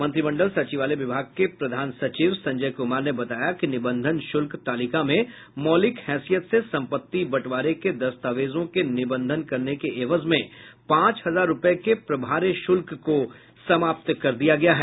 मंत्रिमंडल सचिवालय विभाग के प्रधान सचिव संजय कुमार ने बताया कि निबंधन शुल्क तालिका में मौलिक हेसियत से सम्पत्ति बंटवारे के दस्तावेजों के निबंधन करने के ऐवज में पांच हजार रूपये के प्रभार्य शुल्क को समाप्त कर दिया गया है